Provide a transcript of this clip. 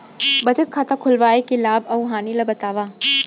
बचत खाता खोलवाय के लाभ अऊ हानि ला बतावव?